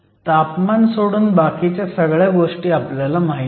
तापमान सोडून बाकीच्या सगळ्या गोष्टी माहीत आहेत